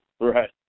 Right